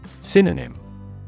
Synonym